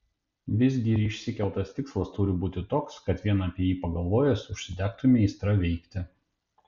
visgi ir išsikeltas tikslas turi būti toks kad vien apie jį pagalvojęs užsidegtumei aistra veikti